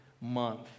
month